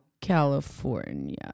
California